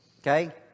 Okay